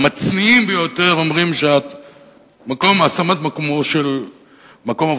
המצניעים ביותר אומרים שהשמת מקום עבודה